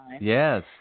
Yes